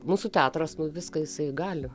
mūsų teatras nu viską jisai gali